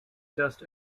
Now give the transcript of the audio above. just